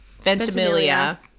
Ventimiglia